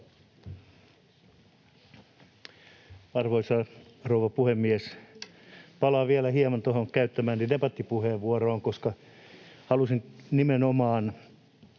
Arvoisa rouva puhemies! Palaan vielä hieman käyttämääni debattipuheenvuoroon, koska halusin nimenomaan